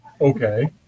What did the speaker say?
Okay